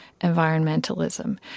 environmentalism